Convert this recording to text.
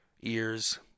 ears